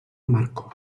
marco